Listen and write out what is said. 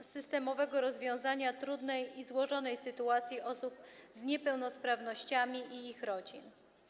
systemowego rozwiązania trudnej i złożonej sytuacji osób z niepełnosprawnościami i ich rodzin.